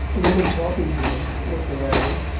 the woman talking to him looked around,